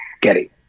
Getty